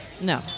No